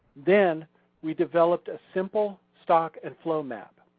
then we developed a simple stock and flow map.